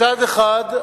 מצד אחד,